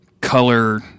color